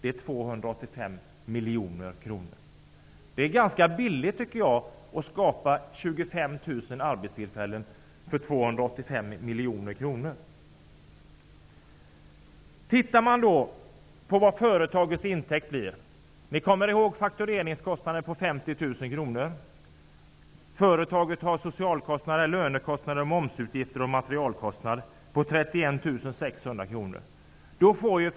Det gör 285 miljoner kronor, vilket är ganska billigt för att skapa 25 000 Ni kommer kanske ihåg faktureringskostnaderna på 50 000 kr. Därtill kommer sociala kostnader, lönekostnader, momsutgifter och materialkostnader på 31 600 kr.